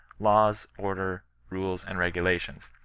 laws, order, rules, and regulations.